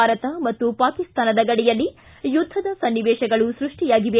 ಭಾರತ ಮತ್ತು ಪಾಕಿಸ್ತಾನದ ಗಡಿಯಲ್ಲಿ ಯುದ್ಧದ ಸನ್ನಿವೇತಗಳು ಸೃಷ್ಟಿಯಾಗಿವೆ